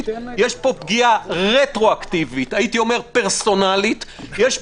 אז, כשזה היה פרסונלי, רטרואקטיבי, זה היה